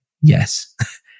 Yes